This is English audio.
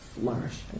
flourish